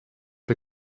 der